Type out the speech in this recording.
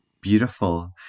Beautiful